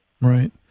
Right